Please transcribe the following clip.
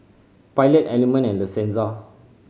Pilot Element and La Senza